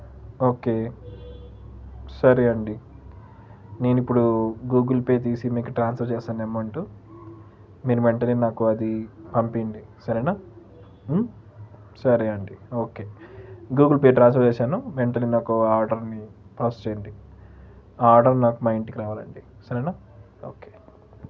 okay సరే అండి నేను ఇప్పుడు గూగుల్ పే తీసి మీకు ట్రాన్స్ఫర్ చేసాను యమౌంటు మీరు వెంటనే నాకు అది పంపివ్వండి సరేనా సరే అండి ఓకే గూగుల్ పే ట్రాన్స్ఫర్ చేశాను వెంటనే నాకు ఆర్డర్ని ప్రాసెస్ చేయండి ఆ ఆర్డర్ నాకు మా ఇంటికి రావాలండి సరేనా ఓకే